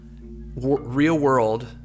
real-world